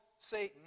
Satan